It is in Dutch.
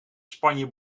spanje